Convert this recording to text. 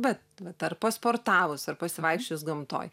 bet bet ar pasportavus ar pasivaikščiojus gamtoj